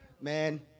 man